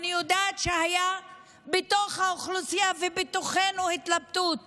ואני יודעת שהייתה בתוך האוכלוסייה ואצלנו התלבטות